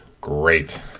great